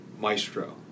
maestro